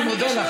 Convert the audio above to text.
אני מודה לך.